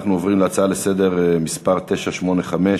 נעבור להצעה לסדר-היום בנושא: מעמד מזכירי בתי-הספר וזכויותיהם,